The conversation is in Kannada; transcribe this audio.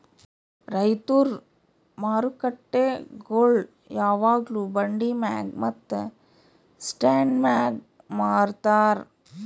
ರೈತುರ್ ಮಾರುಕಟ್ಟೆಗೊಳ್ ಯಾವಾಗ್ಲೂ ಬಂಡಿ ಮ್ಯಾಗ್ ಮತ್ತ ಸ್ಟಾಂಡ್ ಮ್ಯಾಗ್ ಮಾರತಾರ್